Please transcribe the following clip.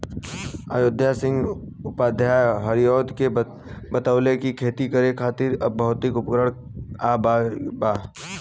अयोध्या सिंह उपाध्याय हरिऔध के बतइले कि खेती करे खातिर अब भौतिक उपकरण आ गइल बा